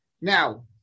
Now